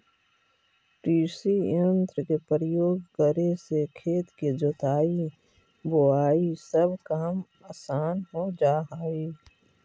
कृषियंत्र के प्रयोग करे से खेत के जोताई, बोआई सब काम असान हो जा हई